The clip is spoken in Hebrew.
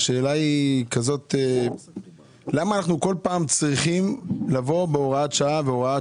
והשאלה היא למה אנחנו צריכים לבוא בכל פעם עם הוראת שעה.